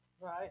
right